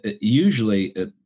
usually